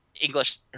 English